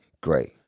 great